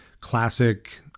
classic